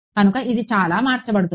కనుక అది ఎలా మార్చబడుతుంది